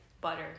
butter